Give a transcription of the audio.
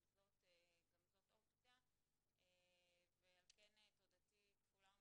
גם זאת אופציה ועל כן תודתי כפולה ומכופלת,